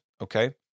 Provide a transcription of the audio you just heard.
okay